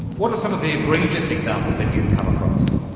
what are some of the egregious examples that you've come across?